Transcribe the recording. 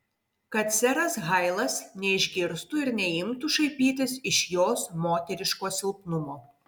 kad seras hailas neišgirstų ir neimtų šaipytis iš jos moteriško silpnumo